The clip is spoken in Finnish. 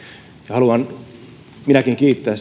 haluan minäkin kiittää